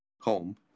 home